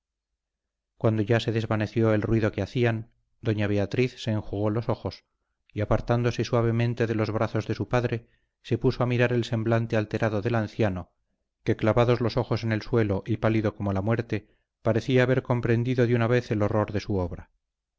cuando ya se desvaneció el ruido que hacían doña beatriz se enjugó los ojos y apartándose suavemente de los brazos de su padre se puso a mirar el semblante alterado del anciano que clavados los ojos en el suelo y pálido como la muerte parecía haber comprendido de una vez el horror de su obra